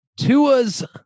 Tua's